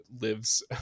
lives